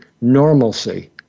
normalcy